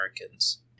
Americans